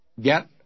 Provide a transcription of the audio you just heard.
get